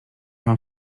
wam